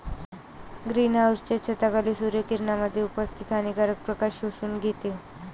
green हाउसच्या छतावरील सूर्य किरणांमध्ये उपस्थित हानिकारक प्रकाश शोषून घेतो